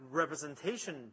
representation